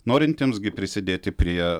norintiems gi prisidėti prie